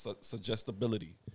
suggestibility